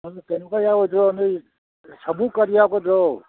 ꯀꯩꯅꯣꯀ ꯌꯥꯎꯔꯣꯏꯗ꯭ꯔꯣ ꯅꯣꯏ ꯁꯃꯨꯛꯀꯗꯤ ꯌꯥꯎꯒꯗ꯭ꯔꯣ